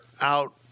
out